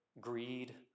greed